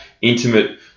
intimate